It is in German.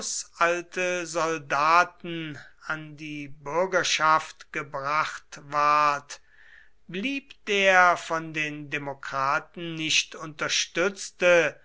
alte soldaten an die bürgerschaft gebracht ward blieb der von den demokraten nicht unterstützte